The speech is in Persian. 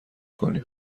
کنیم